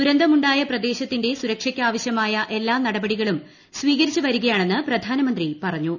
ദുരന്തമുണ്ടായ പ്രദേശത്തിന്റെ സുരക്ഷ യ്ക്കാവശ്യമായ എല്ലാ നടപടികളും സ്വീകരിച്ച് വരികയാണെന്ന് പ്രധാനമന്ത്രി പറഞ്ഞു